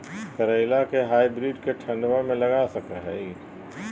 करेला के हाइब्रिड के ठंडवा मे लगा सकय हैय?